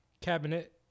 cabinet